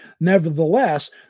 Nevertheless